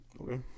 Okay